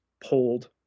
pulled